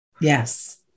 Yes